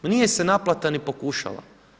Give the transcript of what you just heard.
Pa nije se naplata ni pokušala.